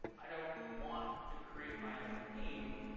i don't want to create my own theme.